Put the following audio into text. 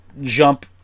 jump